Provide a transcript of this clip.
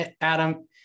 adam